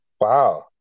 wow